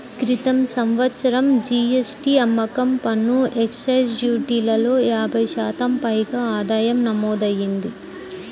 క్రితం సంవత్సరం జీ.ఎస్.టీ, అమ్మకం పన్ను, ఎక్సైజ్ డ్యూటీలలో యాభై శాతం పైగా ఆదాయం నమోదయ్యింది